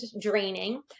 draining